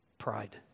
pride